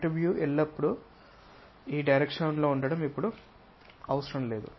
front view ఎల్లప్పుడూ ఈ direction లో ఉండడం ఇప్పుడు అవసరం లేదు